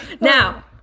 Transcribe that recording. Now